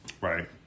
Right